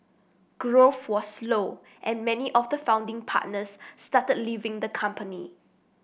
growth was slow and many of the founding partners started leaving the company